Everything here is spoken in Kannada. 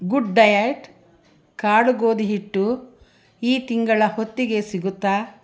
ಗುಡ್ ಡಯೆಟ್ ಕಾಡು ಗೋಧಿ ಹಿಟ್ಟು ಈ ತಿಂಗಳ ಹೊತ್ತಿಗೆ ಸಿಗುತ್ತಾ